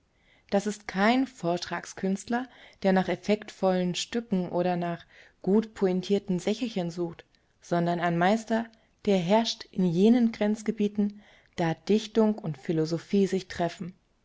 das ist kein vortragskünstler der nach effektvollen stücken oder nach gut pointierten sächelchen sucht sondern ein meister der herrscht in jenen grenzgebieten da dichtung und philosophie sich treffen